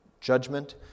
judgment